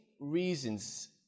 reasons